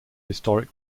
historic